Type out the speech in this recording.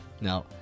now